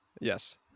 Yes